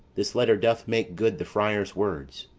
this letter doth make good the friar's words,